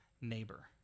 neighbor